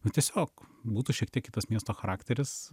nu tiesiog būtų šiek tiek kitas miesto charakteris